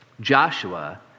Joshua